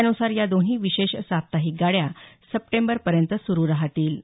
यानुसार या दोन्ही विशेष साप्ताहिक गाड्या सप्टेंबरपर्यंत सुरू राहतील